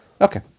Okay